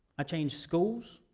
i changed schools,